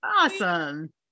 Awesome